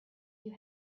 you